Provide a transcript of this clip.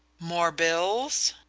more bills?